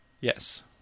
yes